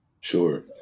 Sure